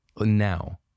now